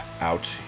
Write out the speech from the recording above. out